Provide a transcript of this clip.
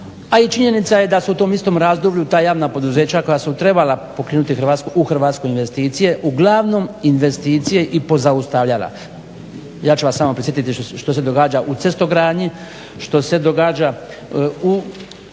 a i činjenica je da su u tom istom razdoblju ta javna poduzeća koja su trebala pokrenuti u Hrvatskoj investicije uglavnom investicije i pozaustavljala. Ja ću vas samo prisjetiti što se događa u cestogradnji, što se događa u najavi